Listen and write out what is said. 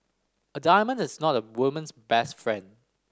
a diamond is not a woman's best friend